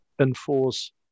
enforce